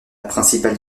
principale